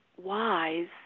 wise